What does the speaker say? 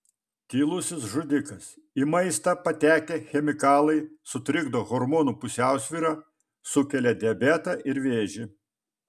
tylusis žudikas į maistą patekę chemikalai sutrikdo hormonų pusiausvyrą sukelia diabetą ir vėžį